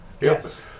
Yes